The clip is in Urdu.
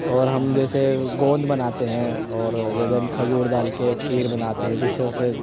اور ہم جیسے گوند بناتے ہیں اور گگن کھجور ڈال کے کھیر بناتے ہیں جس سے اسے